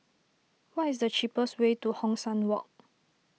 what is the cheapest way to Hong San Walk